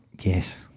Yes